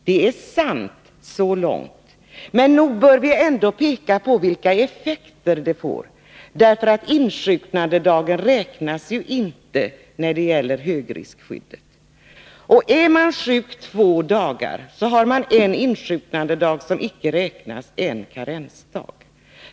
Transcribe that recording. Det är sant så långt, men nog bör vi ändå peka på vilka effekter det får, för insjuknandedagen räknas ju inte när det gäller högriskskyddet. Är man sjuk två dagar, har man en insjuknandedag som icke räknas och en karensdag.